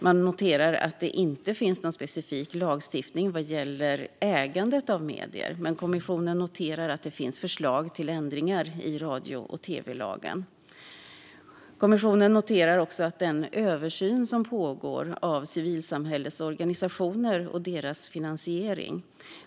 Man noterar att det inte finns någon specifik lagstiftning vad gäller ägandet av medier, men kommissionen noterar att det finns förslag till ändringar i radio och tv-lagen. Kommissionen noterar också den översyn som pågår av civilsamhällets organisationer och deras finansiering.